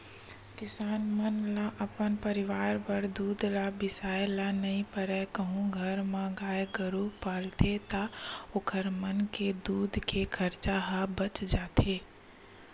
किसान मन ल अपन परवार बर दूद ल बिसाए ल नइ परय कहूं घर म गाय गरु पालथे ता ओखर मन के दूद के खरचा ह बाच जाथे